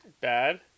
Bad